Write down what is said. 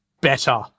better